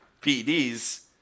PEDs